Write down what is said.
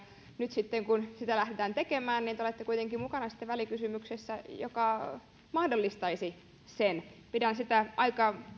nyt sitten kun sitä lähdetään tekemään te olette kuitenkin mukana välikysymyksessä joka mahdollistaisi sen pidän sitä aika